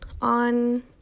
on